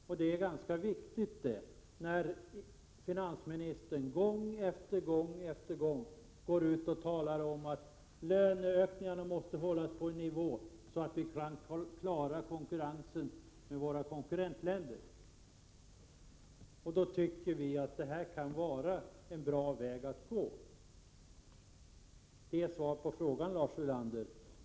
Detta är ganska viktigt, eftersom finansministern gång på gång går ut och talar om att löneökningarna måste hållas på en sådan nivå att vi klarar att hävda oss mot våra konkurrentländer. Vi tycker att det som vi föreslår skulle vara en bra väg att gå. Det är svaret på frågan, Lars Ulander.